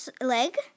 leg